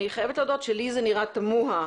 אני חייבת להודות שלי זה נראה תמוהה